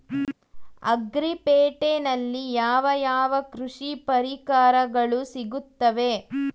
Agri ಪೇಟೆನಲ್ಲಿ ಯಾವ ಯಾವ ಕೃಷಿ ಪರಿಕರಗಳು ಸಿಗುತ್ತವೆ?